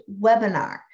webinar